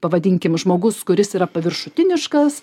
pavadinkime žmogus kuris yra paviršutiniškas